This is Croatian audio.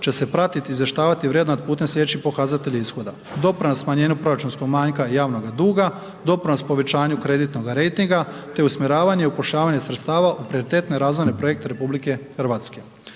će se pratiti i izvještavati i vrednovati putem sljedećih pokazatelja ishoda. Doprinos smanjenja proračunskog manjka i javnoga duga, doprinos povećanju kreditnoga rejtinga te usmjeravanja i upošljavanje sredstava u prioritetne razvojne projekte RH. Ministarstvo